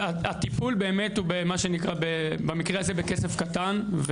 הטיפול הוא באמת במה שנקרא במקרה הזה בכסף קטן.